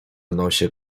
nosie